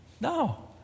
No